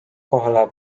kohale